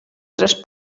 tres